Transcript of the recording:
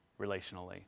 relationally